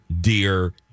dear